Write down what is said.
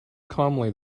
calmly